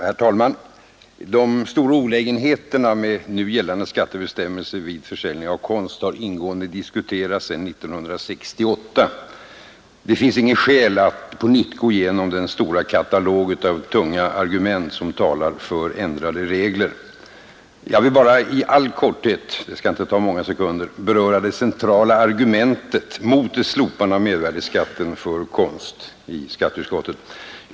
Herr talman! De stora olägenheterna med nu gällande skattebestämmelser vid försäljning av konst har ingående diskuterats sedan 1968. Det finns inget skäl att på nytt gå igenom den stora katalog av tunga argument som talar för ändrade regler. Jag vill bara i all korthet — det skall inte ta många sekunder — beröra det centrala argumentet i utskottet mot ett slopande av mervärdeskatten för konst.